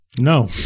No